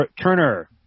Turner